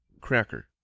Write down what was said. cracker